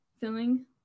filling